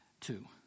two